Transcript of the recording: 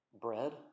bread